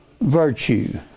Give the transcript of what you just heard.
Virtue